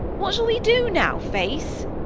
what shall we do now, face?